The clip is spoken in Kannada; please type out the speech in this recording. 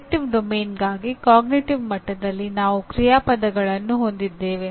ಅಫೆಕ್ಟಿವ್ ಡೊಮೇನ್ಗಾಗಿ ಅರಿವಿನ ಮಟ್ಟದಲ್ಲಿ ನಾವು ಕ್ರಿಯಾಪದಗಳನ್ನು ಹೊಂದಿದ್ದೇವೆ